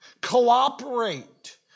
cooperate